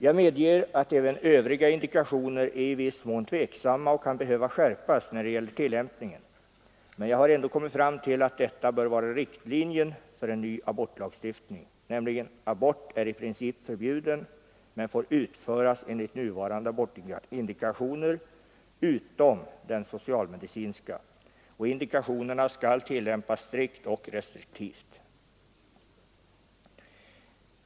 Jag medger att även övriga indikationer är i viss mån tveksamma och kan behöva skärpas när det gäller tillämpningen, men jag har ändå kommit fram till att riktlinjen för en ny abortlagstiftning bör vara: abort är i princip förbjuden men får utföras enligt nuvarande abortindikationer, utom den socialmedicinska, och indikationerna skall tillämpas strikt och restriktivt.